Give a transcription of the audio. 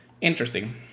Interesting